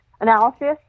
analysis